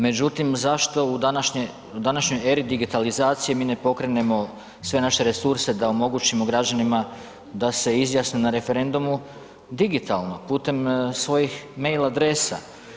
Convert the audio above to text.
Međutim, zašto u današnjoj eri digitalizacije mi ne pokrenemo sve naše resurs da omogućimo građanima da se izjasne na referendumu digitalno putem svojih mail adresa.